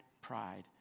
pride